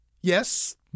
yes